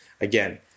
Again